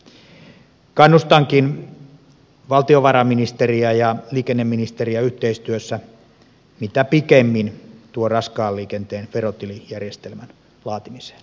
kannustankin valtiovarainministeriä ja liikenneministeriä yhteistyössä mitä pikimmin tuon raskaan liikenteen verotilijärjestelmän laatimiseen